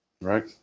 Right